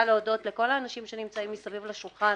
להודות לכל האנשים שנמצאים מסביב השולחן,